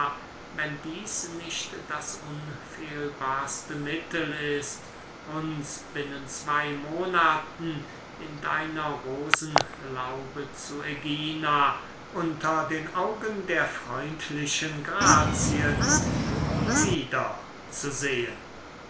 wenn dieß nicht das unfehlbarste mittel ist uns binnen zwey monaten in deiner rosenlaube zu ägina unter den augen der freundlichen grazien wieder zu sehen